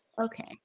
Okay